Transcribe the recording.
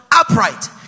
Upright